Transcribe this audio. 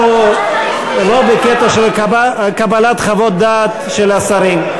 אנחנו לא בקטע של קבלת חוות דעת של השרים.